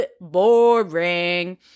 boring